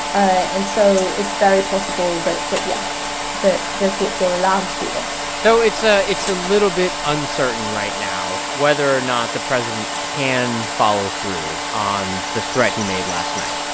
and so it's very possible that, yes, the the courts will allow to do this so it's ah it's a little bit uncertain right now whether or not the president can follow through on the threat he made last night